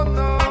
no